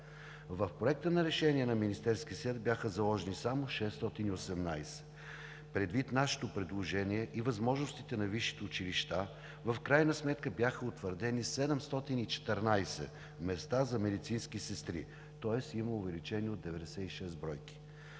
В Проекта на решение на Министерския съвет бяха заложени само 618. Предвид нашето предложение и възможностите на висшите училища, в крайна сметка бяха утвърдени 714 места за медицински сестри, тоест има увеличение от 96 бройки.